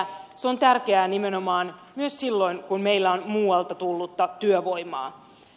se on tärkeää nimenomaan myös silloin kun meillä on muualta tullutta työvoimaa